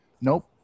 nope